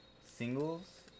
singles